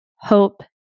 hope